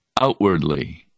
outwardly